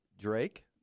Drake